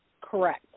Correct